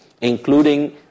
including